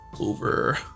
over